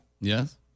Yes